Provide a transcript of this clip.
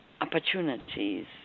opportunities